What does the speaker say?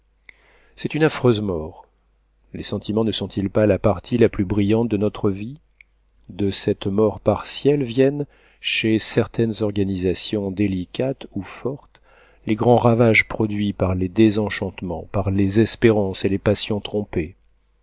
c'est une affreuse mort les sentiments ne sont-ils pas la partie la plus brillante de votre vie de cette mort partielle viennent chez certaines organisations délicates ou fortes les grands ravages produits par les désenchantements par les espérances et les passions trompées